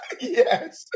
Yes